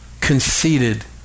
conceited